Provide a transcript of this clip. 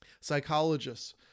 psychologists